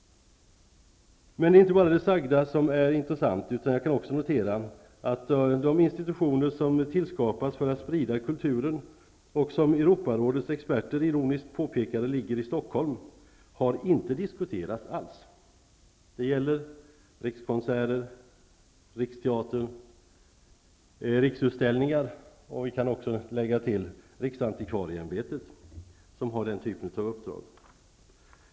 Det är inte bara det sagda som är intressant. Jag kan också notera att de institutioner som tillskapas för att sprida kulturen, och som Europarådets experter ironiskt påpekade ligger i Stockholm, har inte alls diskuterats. Det gäller Rikskonserter, Riksteatern, Riksutställningar och även riksantikvarieämbetet.